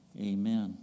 Amen